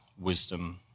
wisdom